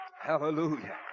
hallelujah